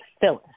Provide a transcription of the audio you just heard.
Phyllis